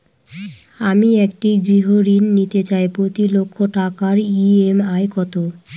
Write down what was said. আমি একটি গৃহঋণ নিতে চাই প্রতি লক্ষ টাকার ই.এম.আই কত?